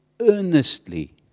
earnestly